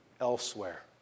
elsewhere